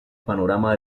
panorama